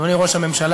אדוני ראש הממשלה,